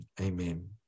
amen